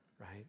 right